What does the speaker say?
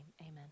Amen